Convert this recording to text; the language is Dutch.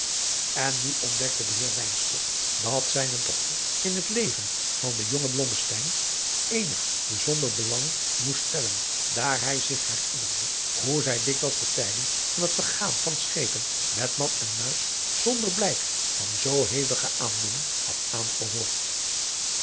en nu ontdekte de heer wynstok dat zijne dochter in het leven van den jongen blommesteyn eenig bijzonder belang moest stellen daar hij zich herinnerde hoe zij dikwijls de tijding van het vergaan van schepen niet man en muis zonadriaan loosjes pzn het leven van johannes wouter blommesteyn der blijk van zoo hevige aandoening had aangehoord